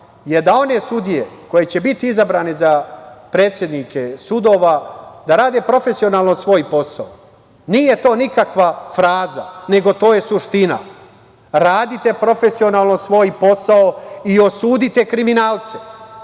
je da one sudije koje će biti izabrane za predsednike sudova, da rade profesionalno svoj posao. Nije to nikakva fraza, nego to je suština. Radite profesionalno svoj posao i osudite kriminalce.